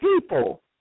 People